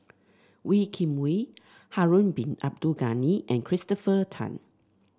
Wee Kim Wee Harun Bin Abdul Ghani and Christopher Tan